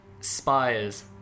spires